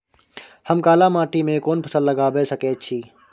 हम काला माटी में कोन फसल लगाबै सकेत छी?